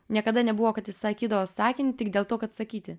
niekada nebuvo kad jis sakydavo sakinį tik dėl to kad sakyti